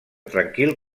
tranquil